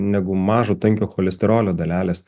negu mažo tankio cholesterolio dalelės